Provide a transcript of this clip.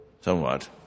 somewhat